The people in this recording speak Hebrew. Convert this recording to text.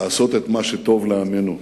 לעשות את מה שטוב לעמנו,